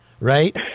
Right